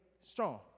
strong